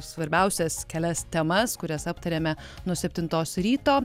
svarbiausias kelias temas kurias aptarėme nuo septintos ryto